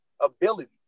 ability